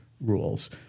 rules